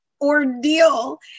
ordeal